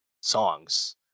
songs